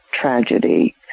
tragedy